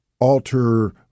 alter